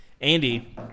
Andy